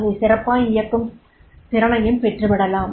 அதை சிறப்பாய் இயக்கும் திறனையும் பெற்றுவிடலாம்